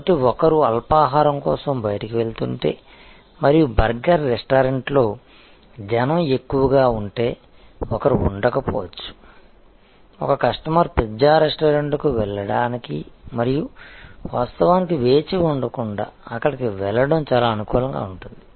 కాబట్టి ఒకరు అల్పాహారం కోసం బయటికి వెళుతుంటే మరియు బర్గర్ రెస్టారెంట్లో జనం ఎక్కువగా ఉంటే ఒకరు ఉండకపోవచ్చు ఒక కస్టమర్ పిజ్జా రెస్టారెంట్కు వెళ్లడానికి మరియు వాస్తవానికి వేచి ఉండకుండా అక్కడికి వెళ్ళడం చాలా అనుకూలంగా ఉంటుంది